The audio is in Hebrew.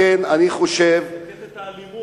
לכן אני חושב, תזכיר את האלימות.